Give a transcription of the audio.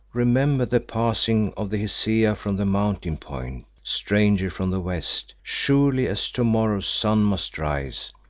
remember the passing of the hesea from the mountain point. stranger from the west, surely as to-morrow's sun must rise,